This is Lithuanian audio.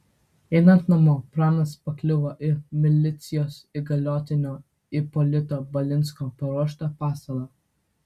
einant namo pranas pakliuvo į milicijos įgaliotinio ipolito balinsko paruoštą pasalą